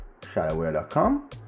Shadowware.com